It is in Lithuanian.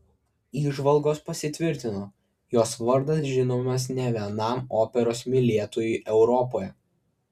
įžvalgos pasitvirtino jos vardas žinomas ne vienam operos mylėtojui europoje